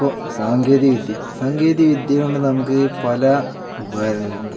ഇപ്പോൾ സാങ്കേതിക വിദ്യ സാങ്കേതിക വിദ്യകൊണ്ട് നമുക്ക് പല ഉപകാരങ്ങളുമുണ്ട്